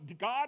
God